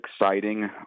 exciting